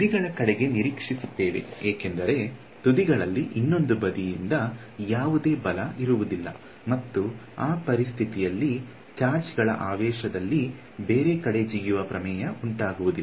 ನಾವು ತುದಿಗಳ ಕಡೆಗೆ ನಿರೀಕ್ಷಿಸುತ್ತೇವೆ ಏಕೆಂದರೆ ತುದಿ ಗಳಲ್ಲಿ ಇನ್ನೊಂದು ಬದಿಯಿಂದ ಯಾವುದೇ ಬಲ ಇರುವುದಿಲ್ಲ ಮತ್ತು ಆ ಪರಿಸ್ಥಿತಿಯಲ್ಲಿ ಚಾರ್ಜ್ ಗಳು ಆವೇಶದಲ್ಲಿ ಬೇರೆ ಕಡೆ ಜಿಗಿಯುವ ಪ್ರಮೇಯ ಉಂಟಾಗುವುದಿಲ್ಲ